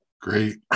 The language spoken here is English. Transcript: Great